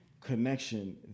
connection